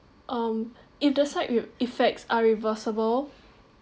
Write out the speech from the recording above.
um if the side effects are reversible